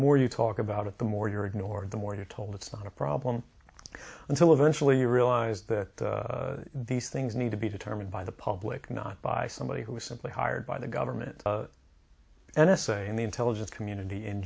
more you talk about it the more you're ignored the more you're told it's not a problem until eventually you realize that these things need to be determined by the public not by somebody who is simply hired by the government an essay in the intelligence community in